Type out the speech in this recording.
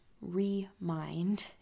remind